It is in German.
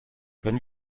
können